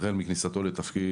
החל מכניסתו לתפקיד,